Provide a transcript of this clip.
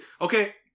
Okay